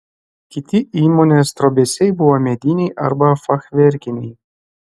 kiti įmonės trobesiai buvo mediniai arba fachverkiniai